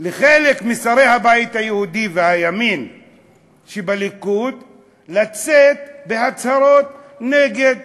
על כך שחלק משרי הבית היהודי והימין שבליכוד יוצאים בהצהרות נגד